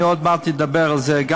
אני עוד מעט אדבר גם על זה,